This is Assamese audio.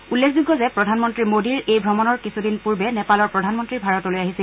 উল্লেখযোগ্য যে প্ৰধানমন্ত্ৰী মোডীৰ এই ভ্ৰমণৰ কিছুদিন পূৰ্বে নেপালৰ প্ৰধানমন্ত্ৰী ভাৰতলৈ আহিছিল